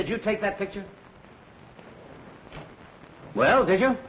that you take that picture well if you